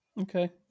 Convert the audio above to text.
Okay